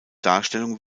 darstellung